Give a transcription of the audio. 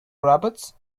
robots